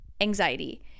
anxiety